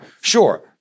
Sure